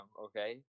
okay